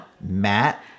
Matt